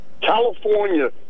California